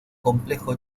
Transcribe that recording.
complejo